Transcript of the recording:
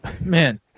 man